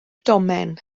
domen